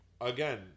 again